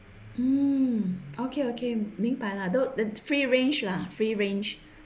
mm okay okay 明白了 free range lah free range